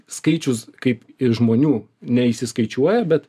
skaičius kaip žmonių neįsiskaičiuoja bet